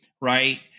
right